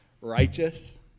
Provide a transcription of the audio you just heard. righteous